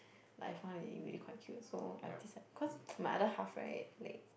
like I found it really quite cute so I've decide cause my other half right like